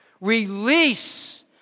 release